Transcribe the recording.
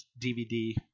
dvd